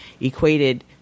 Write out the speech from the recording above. equated